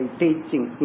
teaching